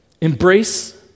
Embrace